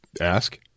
Ask